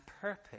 purpose